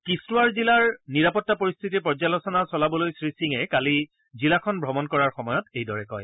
কিস্তোৱাৰ জিলাৰ নিৰাপত্তা পৰিশ্বিতিৰ পৰ্যালোচনা চলাবলৈ শ্ৰীসিঙে কালি জিলাখন ভ্ৰমণ কৰাৰ সময়ত এইদৰে কয়